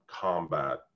combat